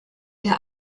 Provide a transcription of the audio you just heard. der